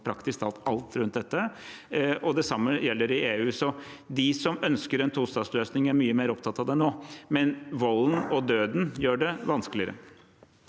praktisk talt alt rundt dette, og det samme gjelder EU. Så de som ønsker en tostatsløsning, er mye mer opptatt av det nå. Men volden og døden gjør det vanskeligere.